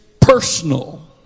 personal